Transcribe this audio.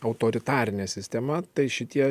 autoritarinė sistema tai šitie